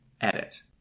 edit